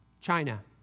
China